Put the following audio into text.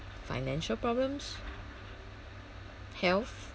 financial problems health